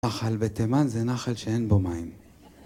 נחל בתימן זה נחל שאין בו מים